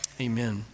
amen